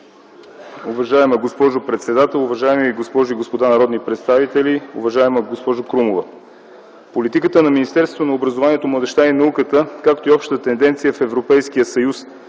Уважаема госпожо председател, уважаеми госпожи и господа народни представители, уважаема госпожо Крумова! Политиката на Министерството на образованието, младежта и науката, както и общата тенденция в Европейския съюз